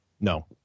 no